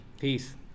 peace